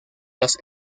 los